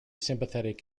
sympathetic